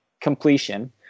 completion